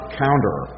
counter